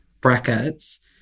brackets